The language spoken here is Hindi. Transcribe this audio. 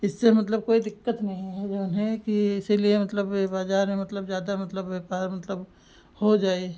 इससे मतलब कोई दिक्कत नहीं है जऊन है कि इसीलिए मतलब ए बाज़ार में मतलब ज़्यादा मतलब व्यापार मतलब हो जाए